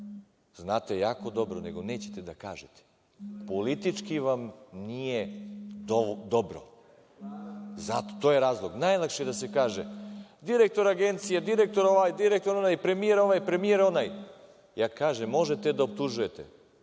Znate jako dobro, nego nećete da kažete. Politički vam nije dobro. To je razlog. Najlakše je da se kaže – direktor agencije, direktor ovaj, direktor onaj, premijer ovaj, premijer onaj. Ja kažem da možete da optužujete,